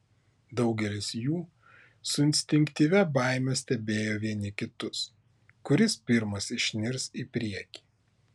daugelis jų su instinktyvia baime stebėjo vieni kitus kuris pirmas išnirs į priekį